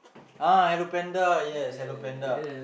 ah Hello-Panda yes Hello-Panda